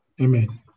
amen